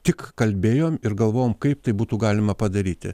tik kalbėjom ir galvojom kaip tai būtų galima padaryti